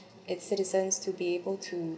its citizens to be able to